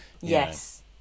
Yes